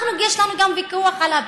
יש לנו ויכוח גם על הפתרון.